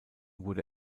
wurde